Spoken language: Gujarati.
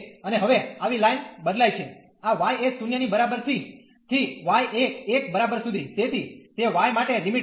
અને હવે આવી લાઈન બદલાઇ છે આ y એ 0 ની બરાબર થી થી y એ 1 બરાબર સુધી તેથી તે y માટે લિમિટ હશે